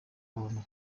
buntu